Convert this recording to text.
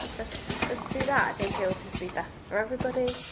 just just do that. i think it'll just be best for everybody.